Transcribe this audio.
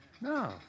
No